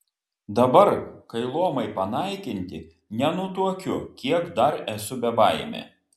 dabar kai luomai panaikinti nenutuokiu kiek dar esu bebaimė